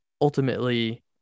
ultimately